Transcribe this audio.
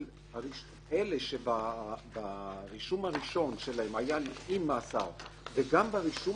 שאלה שהרישום הראשון שלהם היה עם מאסר וגם הרישום